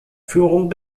führung